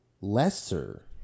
lesser